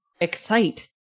excite